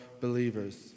believers